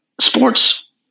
sports